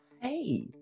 Hey